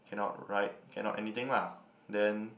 cannot write cannot anything lah then